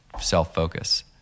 self-focus